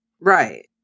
Right